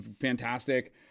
fantastic